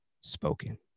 spoken